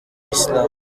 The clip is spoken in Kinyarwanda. islam